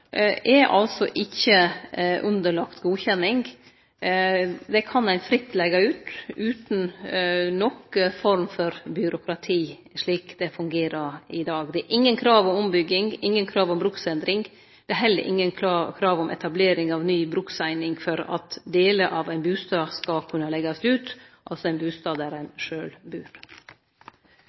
er altså ikkje underlagt godkjenning. Den kan ein fritt leige ut, utan noka form for byråkrati, slik det fungerer i dag. Det er ingen krav om ombygging, ingen krav om bruksendring. Det er heller ingen krav om etablering av ny brukseining for at delar av ein bustad skal kunne leigast ut, altså ein bustad der ein sjølv bur.